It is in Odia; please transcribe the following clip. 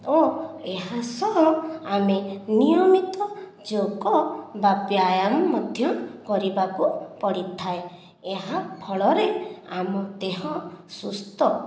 ଓ ଏହା ସହ ଆମେ ନିୟମିତ ଯୋଗ ବା ବ୍ୟୟାମ ମଧ୍ୟ କରିବାକୁ ପଡ଼ିଥାଏ ଏହା ଫଳରେ ଆମ ଦେହ ସୁସ୍ଥ